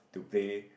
to play